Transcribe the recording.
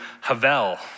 havel